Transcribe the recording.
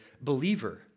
believer